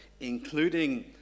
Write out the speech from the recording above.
including